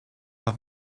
have